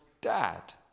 dad